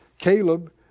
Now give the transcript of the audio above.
Caleb